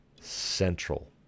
central